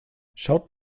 schaut